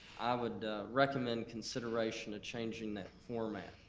i would recommend consideration to changing that format.